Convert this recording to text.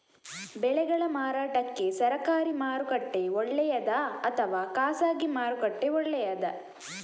ಬೆಳೆಗಳ ಮಾರಾಟಕ್ಕೆ ಸರಕಾರಿ ಮಾರುಕಟ್ಟೆ ಒಳ್ಳೆಯದಾ ಅಥವಾ ಖಾಸಗಿ ಮಾರುಕಟ್ಟೆ ಒಳ್ಳೆಯದಾ